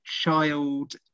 child